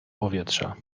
powietrza